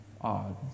odd